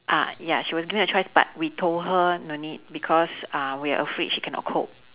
ah ya she was given a choice but we told her no need because uh we are afraid she cannot cope